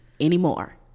anymore